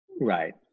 Right